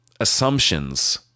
assumptions